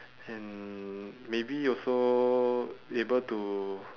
and maybe also able to